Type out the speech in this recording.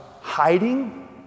hiding